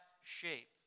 shape